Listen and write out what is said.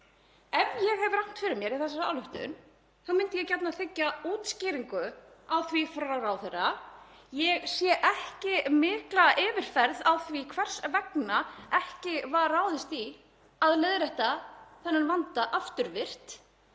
Ef ég hef rangt fyrir mér í þessari ályktun þá myndi ég gjarnan þiggja útskýringu á því frá ráðherra. Ég sé ekki mikla yfirferð á því hvers vegna ekki var ráðist í að leiðrétta þennan vanda afturvirkt.